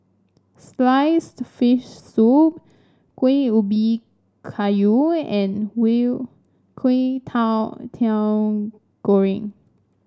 sliced fish soup Kuih Ubi Kayu and goreng